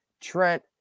Trent